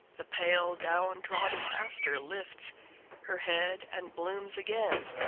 the pale down-trodden aster lifts her head and blooms again.